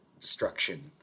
Destruction